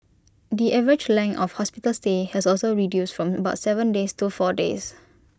the average length of hospital stay has also reduced from about Seven days to four days